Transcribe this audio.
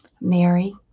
Mary